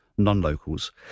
non-locals